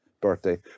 Birthday